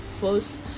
first